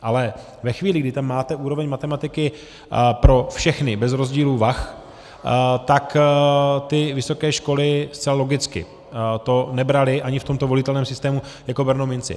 Ale ve chvíli, kdy tam máte úroveň matematiky pro všechny, bez rozdílu vah, tak ty vysoké školy, zcela logicky, to nebraly ani v tomto volitelném systému jako bernou minci.